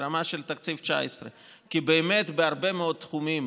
לרמה של תקציב 2019. כי באמת בהרבה מאוד תחומים,